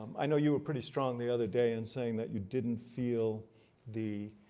i know you were pretty strong the other day in saying that you didn't feel the